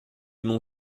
mont